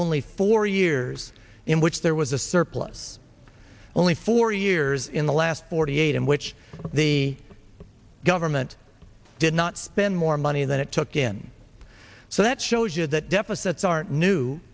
only four years in which there was a surplus only four years in the last forty eight in which the government did not spend more money than it took in so that shows you that deficits aren't new